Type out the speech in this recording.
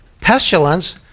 Pestilence